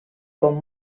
com